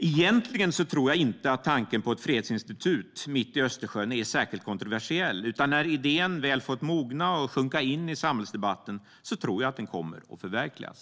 Egentligen tror jag inte att tanken på ett fredsinstitut mitt i Östersjön är särskilt kontroversiell, utan när idén väl har fått mogna och sjunka in i samhällsdebatten tror jag att den kommer att förverkligas.